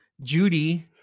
Judy